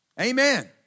Amen